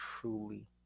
truly